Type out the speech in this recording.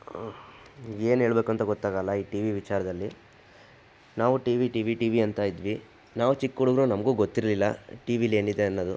ಏನು ಹೇಳ್ಬೇಕಂತ ಗೊತ್ತಾಗೋಲ್ಲ ಈ ಟಿ ವಿ ವಿಚಾರದಲ್ಲಿ ನಾವು T V T V T V ಅಂತ ಇದ್ವಿ ನಾವು ಚಿಕ್ಕ ಹುಡುಗರು ನಮಗೂ ಗೊತ್ತಿರಲಿಲ್ಲ ಟಿ ವಿಲೇನಿದೆ ಅನ್ನೋದು